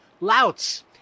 louts